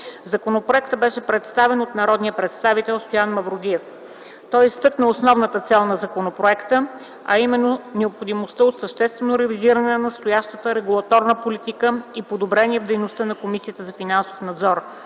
Законопроектът беше представен от народния представител Стоян Мавродиев. Той изтъкна основната цел на законопроекта, а именно необходимостта от съществено ревизиране на настоящата регулаторна политика и подобрения в дейността на Комисията за финансов надзор